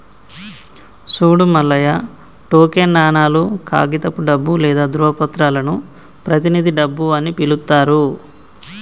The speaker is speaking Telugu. సూడు మల్లయ్య టోకెన్ నాణేలు, కాగితపు డబ్బు లేదా ధ్రువపత్రాలను ప్రతినిధి డబ్బు అని పిలుత్తారు